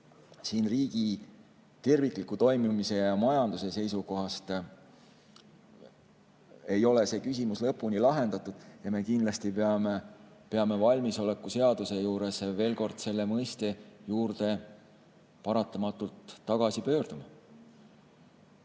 siin riigi tervikliku toimimise ja majanduse seisukohast ei ole see küsimus lõpuni lahendatud ja me kindlasti peame valmisoleku seaduse juures veel kord selle mõiste juurde paratamatult tagasi pöörduma.